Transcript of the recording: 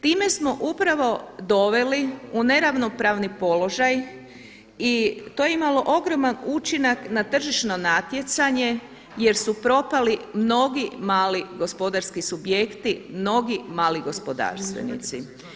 Time smo upravo doveli u neravnopravan položaj i to je imalo ogroman učinak na tržišno natjecanje jer su propali mnogi mali gospodarski subjekti mnogi mali gospodarstvenici.